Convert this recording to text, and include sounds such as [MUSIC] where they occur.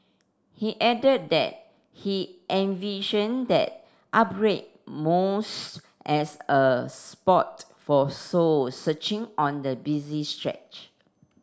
he added that he envision that [UNINTELLIGIBLE] as a spot for soul searching on the busy stretch